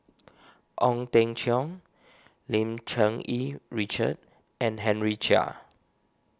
Ong Teng Cheong Lim Cherng Yih Richard and Henry Chia